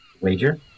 Wager